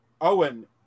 Owen